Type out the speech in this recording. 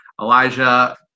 Elijah